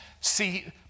See